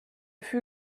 fut